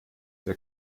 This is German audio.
wir